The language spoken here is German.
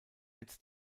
netz